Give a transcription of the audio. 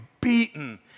beaten